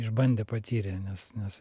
išbandė patyrė nes nes